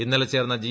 ഇന്നലെ ചേർന്ന ജി